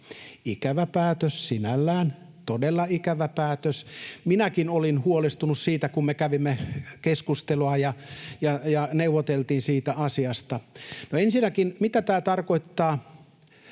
ikävä päätös sinällään, todella ikävä päätös. Minäkin olin huolestunut siitä, kun me kävimme keskustelua ja neuvoteltiin siitä asiasta. No ensinnäkin, mitä tämä tarkoittaa